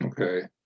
Okay